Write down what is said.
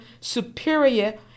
superior